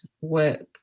work